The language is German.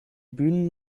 bühnen